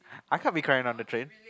I can't be crying on the train